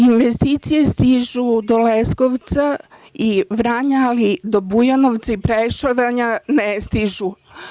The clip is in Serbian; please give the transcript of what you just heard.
Investicije stižu do Leskovca i Vranja, ali do Bujanovca i Preševa ne stižu.